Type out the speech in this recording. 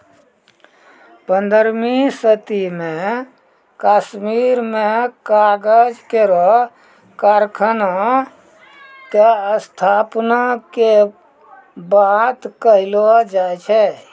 पन्द्रहवीं सदी म कश्मीर में कागज केरो कारखाना क स्थापना के बात कहलो जाय छै